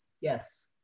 yes